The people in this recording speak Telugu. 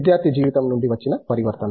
విద్యార్థి జీవితం నుండి వచ్చిన పరివర్తన